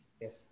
Yes